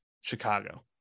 Chicago